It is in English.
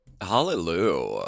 Hallelujah